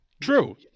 True